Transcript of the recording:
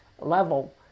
level